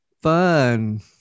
fun